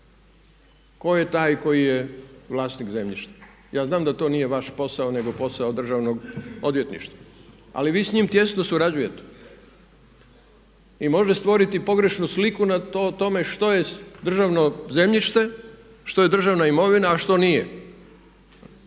tko je taj koji je vlasnik zemljišta? Ja znam da to nije vaš posao nego posao državnog odvjetništva ali vi s njim tijesno surađujete i može stvoriti pogrešnu sliku o tome što je državno zemljište, što je državna imovina a što nije.